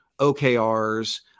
OKRs